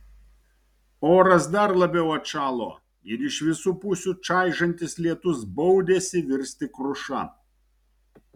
oras dar labiau atšalo ir iš visų pusių čaižantis lietus baudėsi virsti kruša